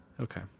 okay